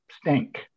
stink